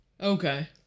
Okay